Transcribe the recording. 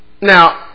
Now